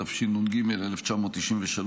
התשנ"ג 1993,